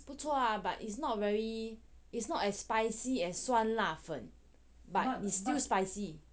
不错啊 but it's not very it's not as spicy as 酸辣粉 but is still spicy